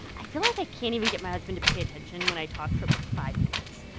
i feel like i can't even get my husband pay attention when i talk for, like, five minutes. i